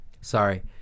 sorry